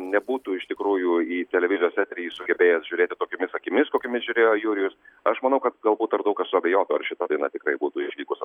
nebūtų iš tikrųjų į televizijos eterį sugebėjęs žiūrėti tokiomis akimis kokiomis žiūrėjo jurijus aš manau kad galbūt daug kas suabejojo ar šita byla tikrai būtų išvykus